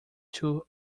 two